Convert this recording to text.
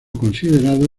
considerado